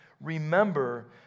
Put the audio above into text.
remember